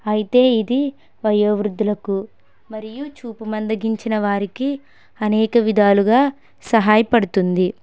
అయితే ఇది వయోవృద్ధులకు మరియు చూపు మందగించిన వారికి అనేక విధాలుగా సహాయపడుతుంది